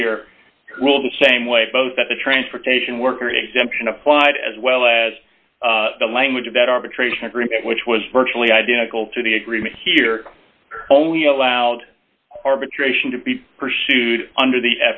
here will the same way both that the transportation workers exemption applied as well as the language of that arbitration agreement which was virtually identical to the agreement here only allowed arbitration to be pursued under the